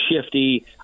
shifty